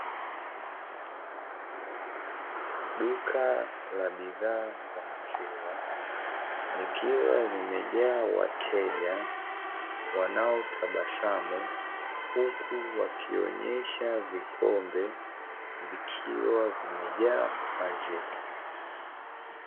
Duka la bidhaa za maziwa likiwa limejaa wateja wanaotabasamu, huku wakionyesha vikombe vikiwa vimejaa maziwa.